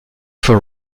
für